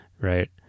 Right